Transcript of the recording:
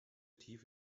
tief